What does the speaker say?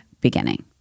beginning